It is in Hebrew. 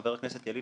חבר הכנסת ילין,